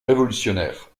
révolutionnaire